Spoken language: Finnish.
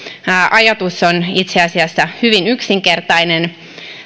ajatus on itse asiassa hyvin yksinkertainen